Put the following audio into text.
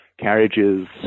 carriages